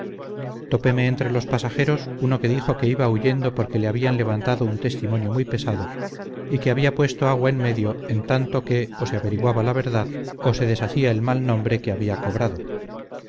entre los pasajeros uno que dijo que iba huyendo porque le habían levantado un testimonio muy pesado y que había puesto agua en medio en tanto que o se averiguaba la verdad o se deshacía el mal nombre que había cobrado